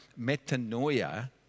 metanoia